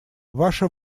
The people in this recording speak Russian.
ваша